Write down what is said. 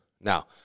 Now